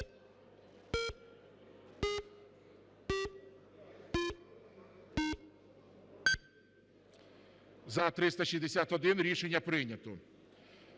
За – 361 Рішення прийнято.